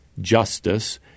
Justice